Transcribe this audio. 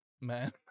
man